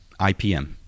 IPM